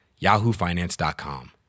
yahoofinance.com